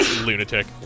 lunatic